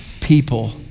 people